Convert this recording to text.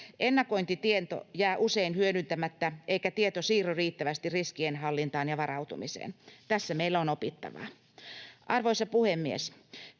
ennakointitieto jää usein hyödyntämättä, eikä tieto siirry riittävästi riskienhallintaan ja varautumiseen. Tässä meillä on opittavaa. Arvoisa puhemies!